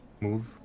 move